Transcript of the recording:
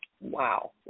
Wow